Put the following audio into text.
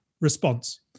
response